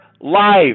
life